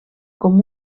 com